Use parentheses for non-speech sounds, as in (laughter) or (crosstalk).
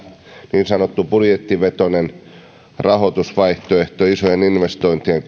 niin sanottu budjettivetoinen rahoitusvaihtoehto isojen investointien (unintelligible)